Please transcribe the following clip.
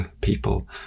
people